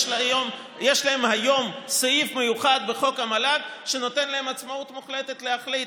יש להם היום סעיף מיוחד בחוק המל"ג שנותן להם עצמאות מוחלטת להחליט.